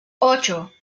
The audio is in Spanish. ocho